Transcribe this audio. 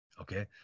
okay